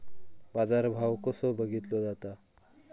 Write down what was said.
बाजार भाव कसो बघीतलो जाता?